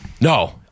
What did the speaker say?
No